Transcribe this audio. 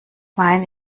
meine